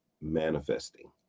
manifesting